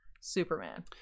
Superman